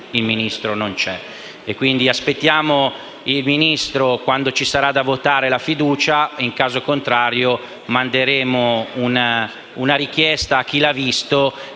il Ministro non è